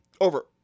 Over